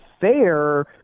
fair